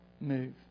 move